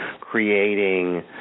creating